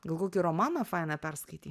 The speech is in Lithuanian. gal kokį romaną fainą perskaitei